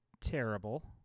terrible